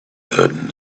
that